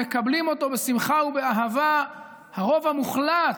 מקבלים אותו בשמחה ובאהבה הרוב המוחלט